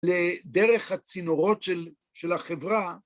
לדרך הצינורות של החברה